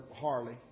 Harley